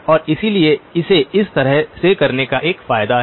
और इसलिए इसे इस तरह से करने का एक फायदा है